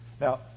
Now